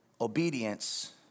Obedience